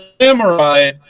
Samurai